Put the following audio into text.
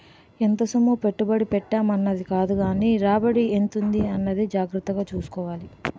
ఎంత సొమ్ము పెట్టుబడి ఎట్టేం అన్నది కాదుగానీ రాబడి ఎంతుంది అన్నది జాగ్రత్తగా సూసుకోవాలి